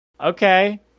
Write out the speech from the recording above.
okay